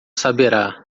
saberá